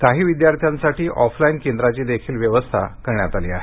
काही विद्यार्थ्यांसाठी ऑफलाइन केंद्राची देखील व्यवस्था करण्यात आलेली आहे